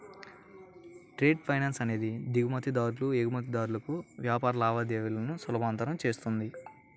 trade finance అనేది దిగుమతిదారులు, ఎగుమతిదారులకు వ్యాపార లావాదేవీలను సులభతరం చేస్తుంది